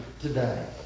today